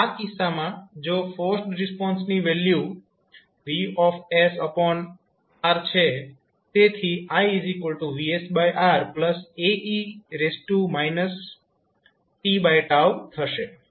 તો આ કિસ્સામાં જો ફોર્સ્ડ રિસ્પોન્સની વેલ્યુ VsRછે તેથી iVsRAe tથશે